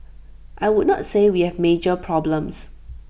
I would not say we have major problems